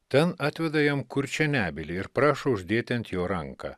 ten atveda jam kurčią nebylį ir prašo uždėti ant jo ranką